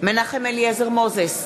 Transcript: מנחם אליעזר מוזס,